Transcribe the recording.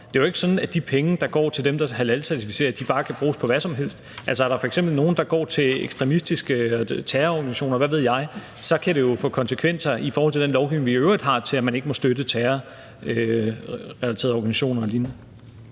Det er jo ikke sådan, at de penge, der går til dem, der halalcertificerer, bare kan bruges på hvad som helst. Er der f.eks. nogle penge, der går til ekstremistiske terrororganisationer, eller hvad ved jeg, kan det jo få konsekvenser i forhold til den lovgivning, vi i øvrigt har, om, at man ikke må støtte terrorrelaterede organisationer og lignende.